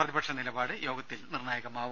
പ്രതിപക്ഷ നിലപാട് യോഗത്തിൽ നിർണായകമാവും